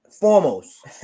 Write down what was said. Foremost